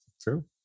true